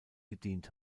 gedient